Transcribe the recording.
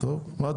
אחר כך,